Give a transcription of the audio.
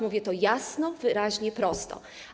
Mówię to jasno, wyraźnie, prosto.